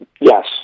yes